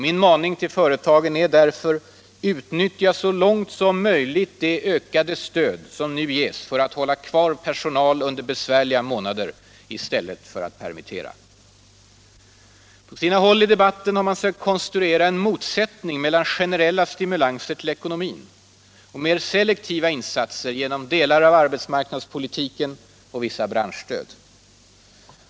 Min maning till företagen är därför: Utnyttja så långt som möjligt det ökade stöd som nu ges för att hålla kvar personal under besvärliga månader i stället för att permittera! På sina håll i debatten har man sökt konstruera en motsättning mellan generella stimulanser till ekonomin och mer selektiva arbetsmarknadspolitiska insatser i form av branschstöd.